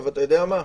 אתה יודע מה?